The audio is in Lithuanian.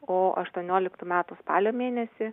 o aštuonioliktų metų spalio mėnesį